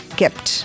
kept